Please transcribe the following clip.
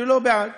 שהם לא בעד